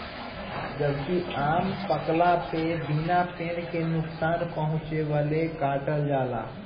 जबकि आम पकला पे बिना पेड़ के नुकसान पहुंचवले काटल जाला